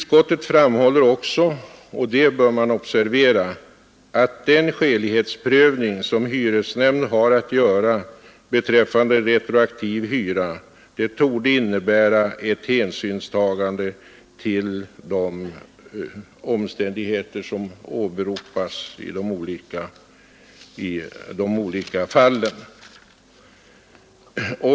Utskottet framhåller också — det bör man observera — att den skälighetsprövning som hyresnämnd har att göra beträffande retroaktiv hyra torde innebära ett hänsynstagande till de omständigheter som åberopas i de olika fallen.